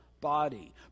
body